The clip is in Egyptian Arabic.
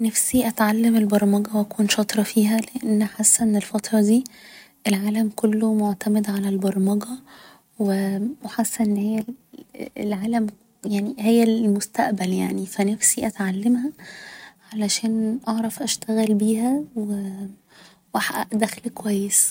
نفسي أتعلم البرمجة و أكون شاطرة فيها لان حاسة ان الفترة دي العالم كله معتمد على البرمجة و حاسة ان هي ال ال العالم يعني هي المستقبل يعني ف نفسي أتعلمها عشان اعرف اشتغل بيها و أحقق دخل كويس